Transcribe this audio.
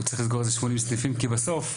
צריך לסגור איזה 80 סניפים כי בסוף.